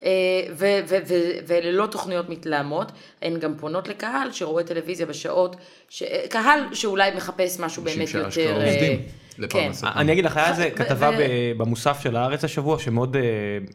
ואלה לא תוכניות מתלהמות הן גם פונות לקהל שרואה טלוויזיה בשעות, קהל שאולי מחפש משהו באמת יותר, שאשכרה עובדים לפרנסה, כן. אני אגיד לך היה זה כתבה במוסף של הארץ השבוע שמאוד.